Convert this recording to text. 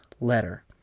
letter